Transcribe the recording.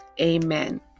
Amen